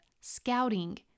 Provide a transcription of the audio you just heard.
scouting